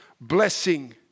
blessing